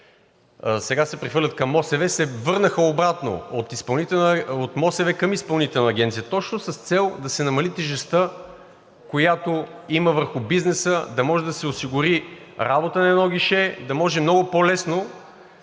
сега се прехвърлят към МОСВ, се върнаха обратно – от МОСВ към Изпълнителната агенция, точно с цел да се намали тежестта, която има върху бизнеса, да може да се осигури работа на едно гише и да може много по-лесно